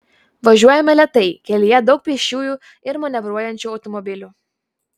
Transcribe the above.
važiuojame lėtai kelyje daug pėsčiųjų ir manevruojančių automobilių